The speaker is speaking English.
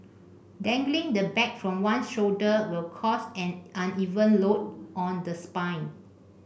dangling the bag from one shoulder will cause an uneven load on the spine